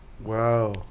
Wow